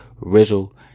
Rizzle